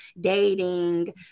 dating